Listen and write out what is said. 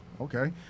Okay